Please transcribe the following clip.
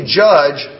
judge